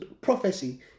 prophecy